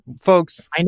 folks